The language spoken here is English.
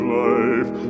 life